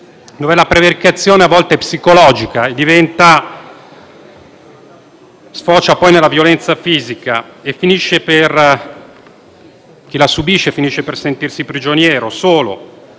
cui la prevaricazione a volte è psicologica per sfociare poi nella violenza fisica e chi la subisce finisce per sentirsi prigioniera, sola,